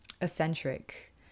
eccentric